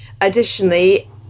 Additionally